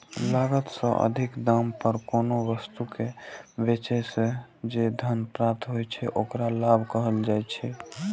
लागत सं अधिक दाम पर कोनो वस्तु कें बेचय सं जे धन प्राप्त होइ छै, ओकरा लाभ कहल जाइ छै